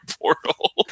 portal